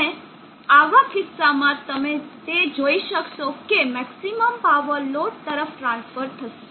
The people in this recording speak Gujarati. અને આવા કિસ્સામાં તમે તે જોઈ શકશો કે મેક્સિમમ પાવર લોડ તરફ ટ્રાન્સફર થશે